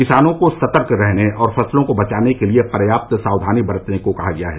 किसानों को सतर्क रहने और फसलों को बचाने के लिए पर्याप्त सावधानी बरतने को कहा गया है